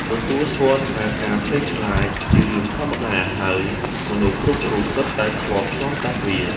ទទួលស្គាល់ថាការភ័យខ្លាចជារឿងធម្មតា ហើយមនុស្សគ្រប់រូបសុទ្ធតែធ្លាប់ឆ្លងកាត់វា។